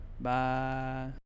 Bye